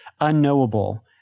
unknowable